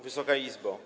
Wysoka Izbo!